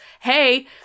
hey